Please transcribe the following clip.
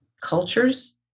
cultures